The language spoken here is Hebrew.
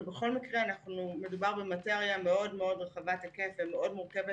ובכל מקרה מדובר במאטריה מאוד מאוד רחבת-היקף ומאוד מורכבת.